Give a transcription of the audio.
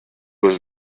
was